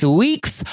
week's